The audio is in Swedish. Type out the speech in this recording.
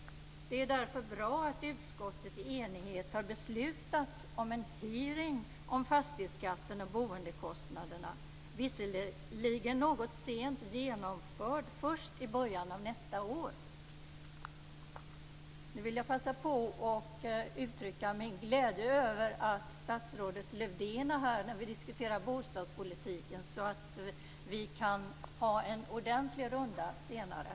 Det är därför bra att utskottet i enighet har beslutat om en hearing om fastighetsskatten och boendekostnaderna. Den blir visserligen något sent genomförd, nämligen först i början av nästa år. Nu vill jag passa på att uttrycka min glädje över att statsrådet Lövdén är här när vi diskuterar bostadspolitiken. Då kan vi ha en ordentlig runda senare.